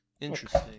Interesting